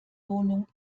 wohnung